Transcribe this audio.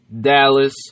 dallas